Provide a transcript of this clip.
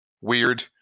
weird